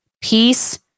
peace